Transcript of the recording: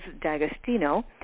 D'Agostino